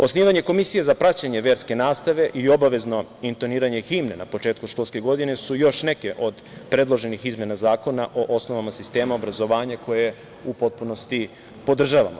Osnivanje komisije za praćenje verske nastave i obavezno intoniranje himne na početku školske godine, su još neke od predloženih izmena Zakona o osnovama sistema obrazovanja koje u potpunosti podržavamo.